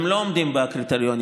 הן לא עומדות בקריטריונים.